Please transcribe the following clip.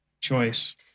choice